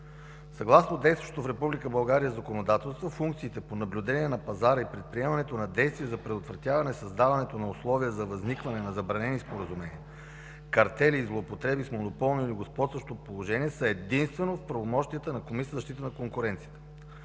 Съгласно действащото в Република България законодателство, функциите по наблюдение на пазара и предприемането на действия за предотвратяване създаването на условия за възникване на забранени споразумения, картели и злоупотреби с монополно или господстващо положение, са единствено в правомощията на Комисията за защита на конкуренцията.